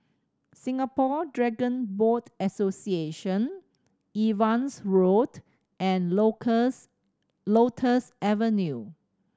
Singapore Dragon Boat Association Evans Road and Lotus Avenue